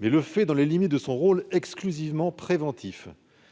mais il le fait dans les limites de son rôle exclusivement préventif.